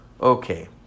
Okay